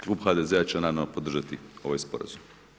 Klub HDZ-a će naravno podržati ovaj sporazum.